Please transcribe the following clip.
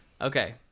okay